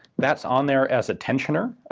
that's on there as a tensioner,